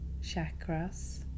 chakras